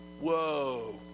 Whoa